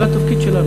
זה התפקיד שלנו.